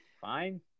fine